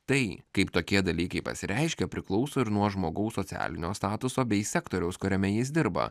tai kaip tokie dalykai pasireiškia priklauso ir nuo žmogaus socialinio statuso bei sektoriaus kuriame jis dirba